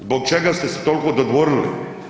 Zbog čega ste se tolko dodvorili?